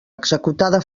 executada